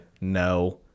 No